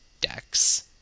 decks